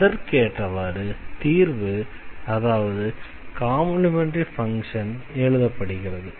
அதற்கு ஏற்றவாறு தீர்வு அதாவது காம்ப்ளிமெண்டரி ஃபங்ஷன் எழுதப்படுகிறது